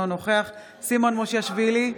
אינו נוכח סימון מושיאשוילי,